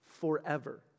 forever